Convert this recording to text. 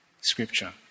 scripture